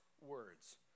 words